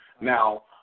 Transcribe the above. Now